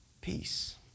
Peace